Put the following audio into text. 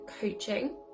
coaching